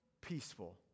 peaceful